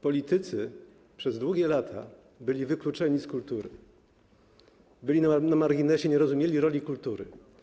Politycy przez długie lata byli wykluczeni z kultury, byli na marginesie, nie rozumieli roli kultury.